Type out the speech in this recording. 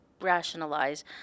rationalize